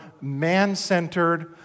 man-centered